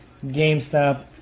GameStop